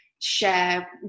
share